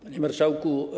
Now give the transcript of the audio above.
Panie Marszałku!